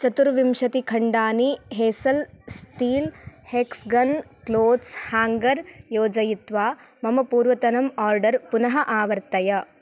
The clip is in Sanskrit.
चतुर्विंशतिखण्डानि हेसल् स्टील् हेक्स्गन् क्लोथ्स् हेङ्गर् योजयित्वा मम पूर्वतनम् आर्डर् पुनः आवर्तय